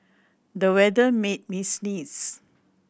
the weather made me sneeze